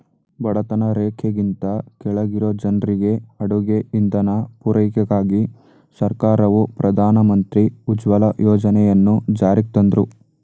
ಬಡತನ ರೇಖೆಗಿಂತ ಕೆಳಗಿರೊ ಜನ್ರಿಗೆ ಅಡುಗೆ ಇಂಧನ ಪೂರೈಕೆಗಾಗಿ ಸರ್ಕಾರವು ಪ್ರಧಾನ ಮಂತ್ರಿ ಉಜ್ವಲ ಯೋಜನೆಯನ್ನು ಜಾರಿಗ್ತಂದ್ರು